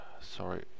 sorry